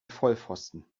vollpfosten